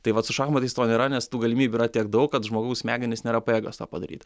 tai vat su šachmatais to nėra nes tų galimybių yra tiek daug kad žmogaus smegenys nėra pajėgios tą padaryt